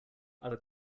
other